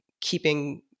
keeping